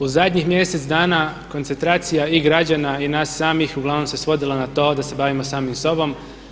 U zadnjih mjesec dana koncentracija i građana i nas samih uglavnom se svodila na to da se bavimo sami sobom.